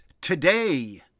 today